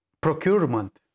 procurement